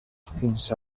fins